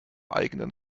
eigenen